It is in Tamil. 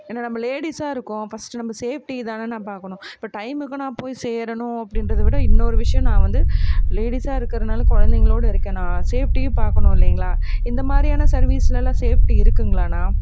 ஏன்னா நம்ம லேடீஸாக இருக்கோம் ஃபர்ஸ்ட்டு நம்ம சேஃப்டி தானேண்ணா பார்க்கணும் இப்போ டைமுக்கும் நான் போய் சேரணும் அப்படின்றதவிட இன்னொரு விஷயம் நான் வந்து லேடீஸாக இருக்கறதுனால குழந்தைங்களோட இருக்கேண்ணா சேஃப்டியும் பார்க்கணும் இல்லைங்களா இந்தமாதிரியான சர்வீஸில் எல்லாம் சேஃப்டி இருக்குங்களாண்ணா